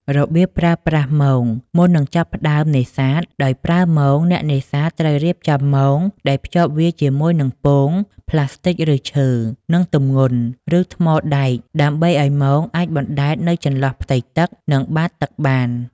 របៀបប្រើប្រាស់មងមុននឹងចាប់ផ្តើមនេសាទដោយប្រើមង អ្នកនេសាទត្រូវរៀបចំមងដោយភ្ជាប់វាជាមួយនឹង ពោង ប្លាស្ទិកឬឈើ និង ទម្ងន់ ថ្មឬដែកដើម្បីឲ្យមងអាចបណ្តែតនៅចន្លោះផ្ទៃទឹកនិងបាតទឹកបាន។